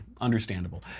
Understandable